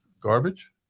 garbage